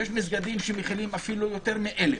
יש מסגדים שמכילים אפילו יותר מ-1,000,